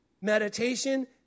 Meditation